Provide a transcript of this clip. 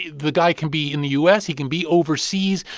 the guy can be in the u s. he can be overseas,